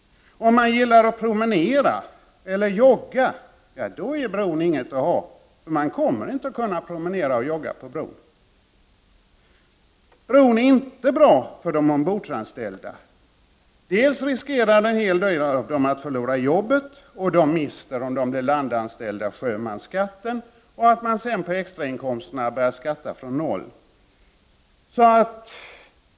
Om man gillar att promenera och jogga — då är bron inget att ha. Man kommer inte att kunna promenera och jogga på bron. Bron är inte bra för de ombordanställda. Dels riskerar en hel del av dem att förlora jobbet, dels mister de, om de blir ilandanställda, sjömansskatten och får börja skatta från noll på extrainkomsterna.